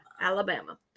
Alabama